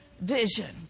vision